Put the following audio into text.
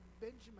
Benjamin